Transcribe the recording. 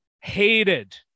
hated